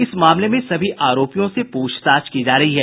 इस मामले में सभी आरोपियों से पूछताछ की जा रही है